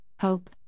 hope